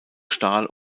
stahl